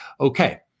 Okay